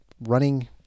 running